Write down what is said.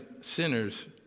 sinners